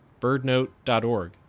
birdnote.org